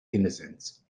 innocence